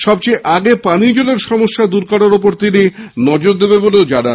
সবচেয়ে আগে পানীয় জলের সমস্যা দুর করার উপর তিনি নজর দেবেন বলে জানান